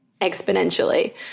exponentially